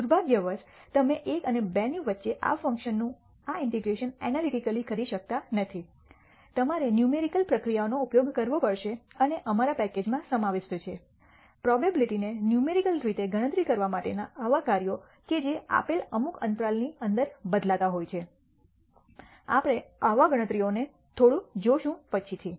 દુર્ભાગ્યવશ તમે 1 અને 2 ની વચ્ચે આ ફંકશનનું આ ઇન્ટીગ્રેશન ઐનાલિટિકલી કરી શકતા નથી તમારે ન્યુમેરિકલ પ્રક્રિયાઓનો ઉપયોગ કરવો પડશે અને અમારા પેકેજમાં સમાવિષ્ટ છે પ્રોબેબીલીટીને ન્યુમેરિકલ રીતે ગણતરી કરવા માટેના આવા કાર્યો કે જે આપેલ અમુક અંતરાલની અંદર બદલાતા હોય છે આપણે આવા ગણતરીઓને થોડું જોશું પછીથી